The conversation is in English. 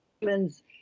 humans